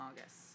August